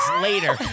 later